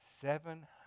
Seven